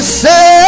say